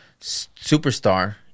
superstar